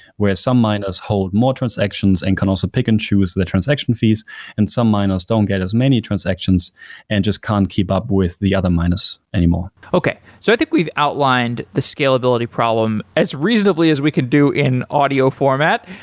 where some miners hold more transactions and can also pick and choose the transaction fees and some miners don't get as many transactions and just can't keep up with the other miners anymore. okay. so i think we've outlined the scalability problem as reasonably as we can do in audio format.